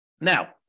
Now